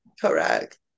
Correct